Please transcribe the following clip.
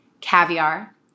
caviar